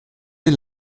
est